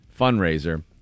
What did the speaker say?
fundraiser